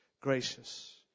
gracious